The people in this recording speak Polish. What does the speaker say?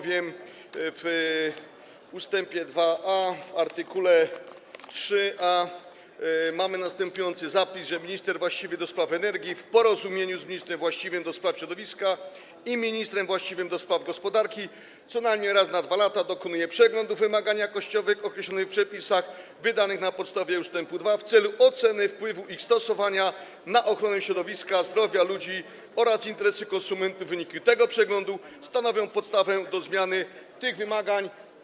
Dlatego że w art. 3a ust. 2a mamy zapis, że minister właściwy do spraw energii w porozumieniu z ministrem właściwym do spraw środowiska i ministrem właściwym do spraw gospodarki co najmniej raz na 2 lata dokonuje przeglądu wymagań jakościowych określonych w przepisach wydanych na podstawie ust. 2 w celu oceny wpływu ich stosowania na ochronę środowiska, zdrowie ludzi oraz interesy konsumentów i że wyniki tego przeglądu stanowią podstawę do zmiany tych wymagań.